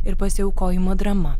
ir pasiaukojimo drama